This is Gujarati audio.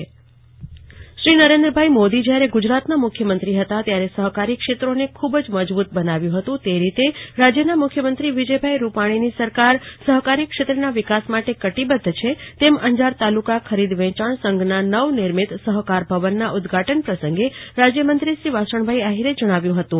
કલ્પના શાહ્ અંજાર સહકાર ભવન ઉદ્વાટન શ્રી નરેન્દ્ર મોદી જયારે ગુજરાતના મુખ્યમંત્રી હતા ત્યારે સહકારી ક્ષેત્રોને ખુબ જ મજબૂત બનાવ્યું હતું તે રીતે રાજ્યના મુખ્યમંત્રી વિજય ભાઈ રૂપાણીની સરકાર સહકારી ક્ષેત્રના વિકાસ માટે કટિબદ્ધ છે તેમ અંજાર તાલુકા ખરીદ વેંચાણ સંઘના નવનિર્મિત સહકાર ભવન ઉદ્વાટન પ્રસંગે રાજ્યમંત્રી શ્રી વાસણ ભાઈ આહીરે જણાવ્યું હતું